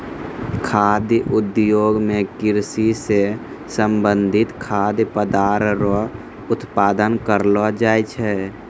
खाद्य उद्योग मे कृषि से संबंधित खाद्य पदार्थ रो उत्पादन करलो जाय छै